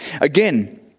Again